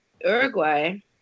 Uruguay